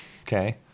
okay